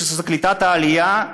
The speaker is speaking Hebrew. שזה קליטת העלייה,